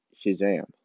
Shazam